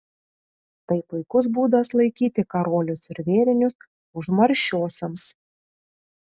tai puikus būdas laikyti karolius ir vėrinius užmaršiosioms